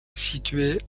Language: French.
située